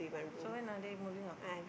so when are they moving out